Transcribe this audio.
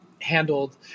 handled